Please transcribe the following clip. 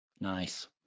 Nice